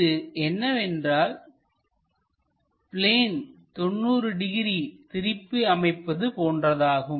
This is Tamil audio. இது எவ்வாறெனில் பிளேனை 90 டிகிரி திருப்பி அமைப்பது போன்றதாகும்